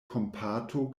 kompato